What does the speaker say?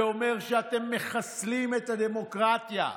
זה אומר שאתם מחסלים את הדמוקרטיה.